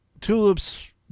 Tulip's